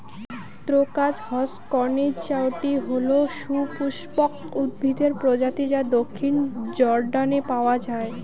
crocus হসকনেইচটি হল সপুষ্পক উদ্ভিদের প্রজাতি যা দক্ষিণ জর্ডানে পাওয়া য়ায়